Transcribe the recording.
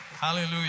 Hallelujah